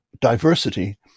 diversity